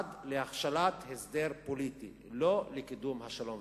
משרד להכשלת הסדר פוליטי ולא לקידום השלום.